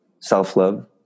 self-love